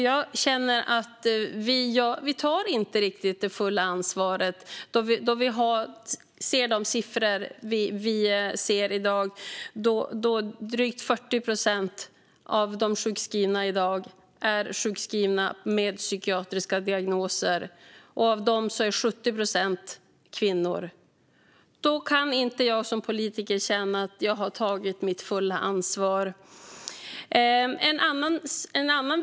Jag känner inte att vi tar det fulla ansvaret när jag ser dagens siffror, som visar att drygt 40 procent av dem som är sjukskrivna är det för psykiatriska diagnoser. Av dessa är 70 procent kvinnor. Då kan jag inte som politiker känna att jag har tagit mitt fulla ansvar.